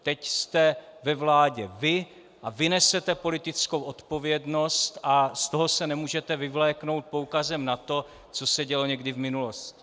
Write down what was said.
Teď jste ve vládě vy a vy nesete politickou odpovědnost a z toho se nemůžete vyvléknout poukazem na to, co se dělo někdy v minulosti.